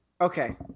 Okay